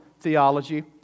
theology